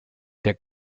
der